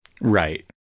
Right